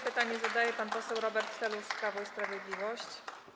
Pytanie zadaje pan poseł Robert Telus, Prawo i Sprawiedliwość.